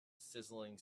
sizzling